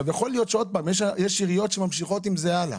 יש עיריות שממשיכות עם זה הלאה,